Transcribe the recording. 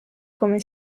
come